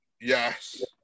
Yes